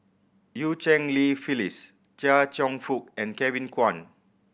Eu Cheng Li Phyllis Chia Cheong Fook and Kevin Kwan